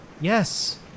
Yes